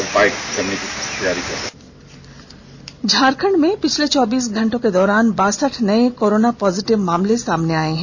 Jharkhand corona Jharkhand में पिछले चौबीस घंटों के दौरान बासठ नए कोरोना पॉजिटिव मामले सामने आए हैं